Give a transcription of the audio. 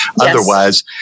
Otherwise